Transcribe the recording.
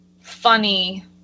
funny